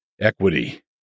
equity